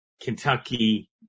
Kentucky